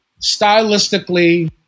stylistically